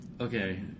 Okay